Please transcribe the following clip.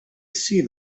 see